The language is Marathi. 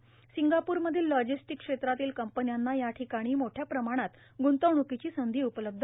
र्मसंगापूरमधील लॉजिस्टक क्षेत्रातील कंपन्यांना या र् ठकाणी मोठ्या प्रमाणात ग्रंतवण्कोची संधी उपलब्ध